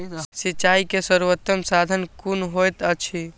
सिंचाई के सर्वोत्तम साधन कुन होएत अछि?